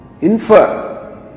infer